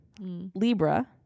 libra